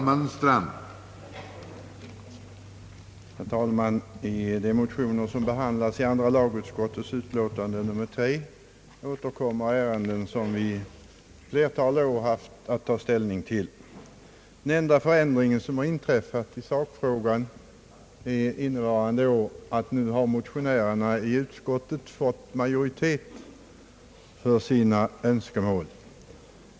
Herr talman! I de motioner som behandlas i andra lagutskottets utlåtande nr 3 återkommer ärenden som vi ett flertal år haft att ta ställning till. Den enda förändring som har inträffat i sakfrågan innevarande år är att motionärerna i utskottet nu har fått majoritet för sina önskemål.